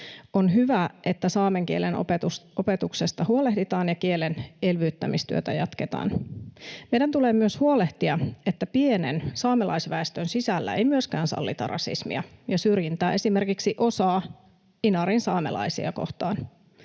On hyvä, että saamen kielen opetuksesta huolehditaan ja kielen elvyttämistyötä jatketaan. Meidän tulee huolehtia, että myöskään pienen saamelaisväestön sisällä ei sallita rasismia ja syrjintää esimerkiksi osaa inarinsaamelaisia kohtaan.